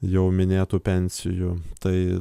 jau minėtų pensijų tai